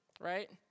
right